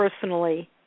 personally